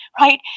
right